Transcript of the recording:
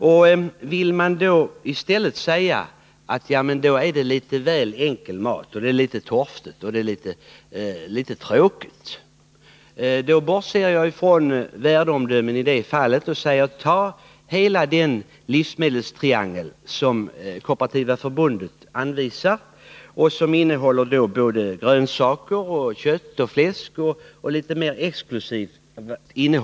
Om någon då säger att i så fall är det litet väl enkel mat — litet torftig och litet tråkig — svarar jag, utan att avge något värdeomdöme om detta, att man kan ta den livsmedelstriangel som Kooperativa förbundet anvisar och som innehåller både grönsaker, kött, fläsk och litet mer exklusiva varor.